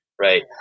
Right